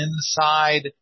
inside